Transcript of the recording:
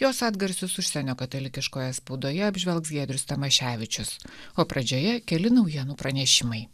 jos atgarsius užsienio katalikiškoje spaudoje apžvelgs giedrius tamaševičius o pradžioje keli naujienų pranešimai